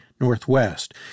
Northwest